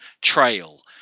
trail